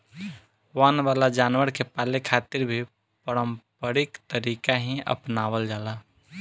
वन वाला जानवर के पाले खातिर भी पारम्परिक तरीका ही आपनावल जाला